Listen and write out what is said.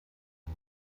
ein